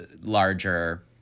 larger